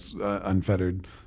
unfettered